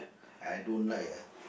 I don't like ah